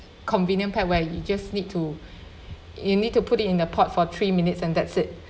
convenient pack where you just need to you need to put it in the pot for three minutes and that's it